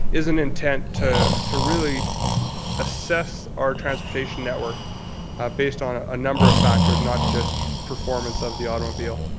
is an intent to to really assess our transportation network based on a number of factors, not just performance of the automobile.